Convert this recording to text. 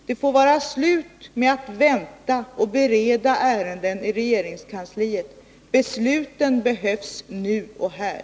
Det får vara slut med att vänta och bereda ärenden i regeringskansliet — besluten behövs nu och här.